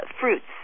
fruits